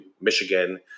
Michigan